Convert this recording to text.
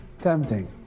Tempting